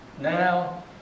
now